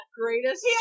greatest